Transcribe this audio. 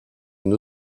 une